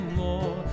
more